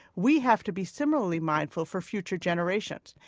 we have to be similarly mindful for future generations.